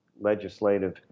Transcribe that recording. legislative